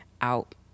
out